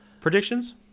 Predictions